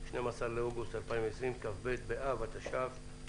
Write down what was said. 12 באוגוסט 2020, כ"ב באב התש"ף.